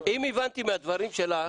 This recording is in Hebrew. אם הבנתי מהדברים שלך